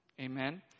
Amen